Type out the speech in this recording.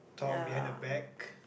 talk behind their back